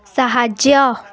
ସାହାଯ୍ୟ